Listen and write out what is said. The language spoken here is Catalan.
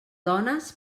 dones